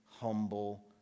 humble